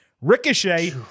Ricochet